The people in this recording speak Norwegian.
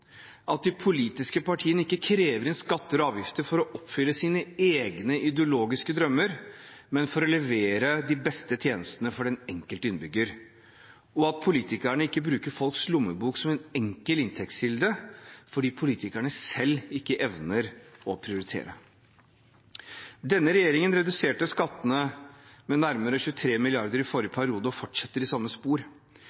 at de politiske partiene ikke krever inn skatter og avgifter for å oppfylle sine egne ideologiske drømmer, men for å levere de beste tjenestene for den enkelte innbygger, og at politikerne ikke bruker folks lommebok som en enkel inntektskilde fordi politikerne selv ikke evner å prioritere. Denne regjeringen reduserte skattene med nærmere 23 mrd. kr i forrige